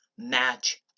match